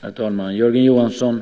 Herr talman! Jörgen Johansson